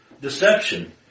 Deception